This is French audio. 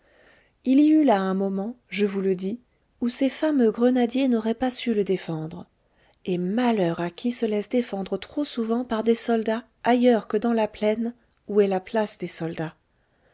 il y eut là un moment je vous le dis où ses fameux grenadiers n'aurait pas su le défendre et malheur à qui se laisse défendre trop souvent par des soldats ailleurs que dans la plaine où est la place des soldats